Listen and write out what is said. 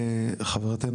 ודיברה חברתינו,